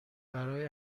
برای